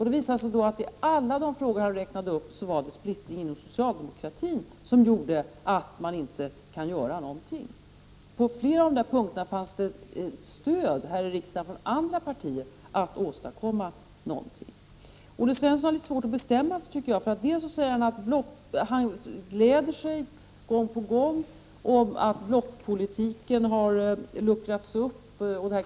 Det visade sig då att i alla de frågor han räknat upp var det splittring inom socialdemokratin som gjorde att man inte kan göra någonting. På flera av de där punkterna fanns det stöd här i riksdagen från andra partier för att åstadkomma någonting. Olle Svensson har svårt att bestämma sig, tycker jag. Å ena sidan gläder han sig gång på gång åt att blockpolitiken har luckrats upp.